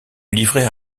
livrer